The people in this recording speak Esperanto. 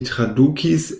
tradukis